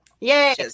Yay